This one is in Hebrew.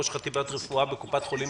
ראש חטיבת רפואה בקופת חולים לאומית.